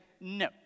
no